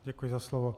Děkuji za slovo.